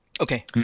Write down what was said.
Okay